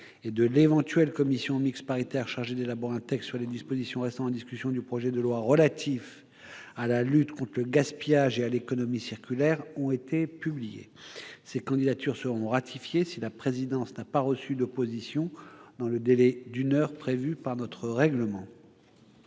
et de l'éventuelle commission mixte paritaire chargée d'élaborer un texte sur les dispositions restant en discussion du projet de loi relatif à la lutte contre le gaspillage et à l'économie circulaire ont été publiées. Ces candidatures seront ratifiées si la présidence n'a pas reçu d'opposition dans le délai d'une heure prévu par notre règlement.